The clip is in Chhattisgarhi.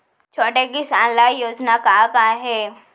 छोटे किसान ल योजना का का हे?